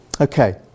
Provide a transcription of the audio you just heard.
Okay